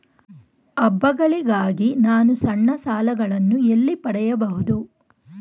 ಹಬ್ಬಗಳಿಗಾಗಿ ನಾನು ಸಣ್ಣ ಸಾಲಗಳನ್ನು ಎಲ್ಲಿ ಪಡೆಯಬಹುದು?